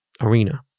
Arena